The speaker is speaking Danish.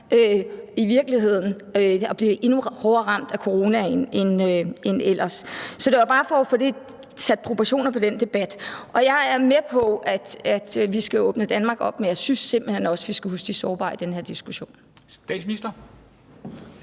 i virkeligheden risikerer at blive endnu hårdere ramt af coronaen end ellers. Så det var bare for at få sat proportioner på den debat. Jeg er med på, at vi skal åbne Danmark op, men jeg synes simpelt hen også, vi skal huske de sårbare i den her diskussion.